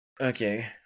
Okay